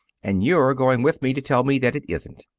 and you're going with me to tell me that it isn't.